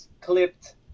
clipped